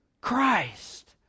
Christ